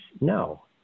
no